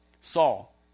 Saul